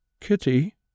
Kitty